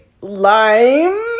Lime